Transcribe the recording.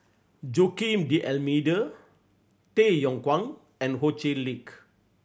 Joaquim D'Almeida Tay Yong Kwang and Ho Chee Lick